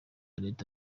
leta